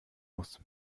muss